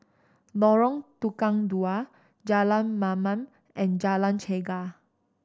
Lorong Tukang Dua Jalan Mamam and Jalan Chegar